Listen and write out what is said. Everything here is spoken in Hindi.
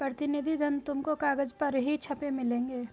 प्रतिनिधि धन तुमको कागज पर ही छपे मिलेंगे